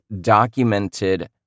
documented